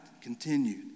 continued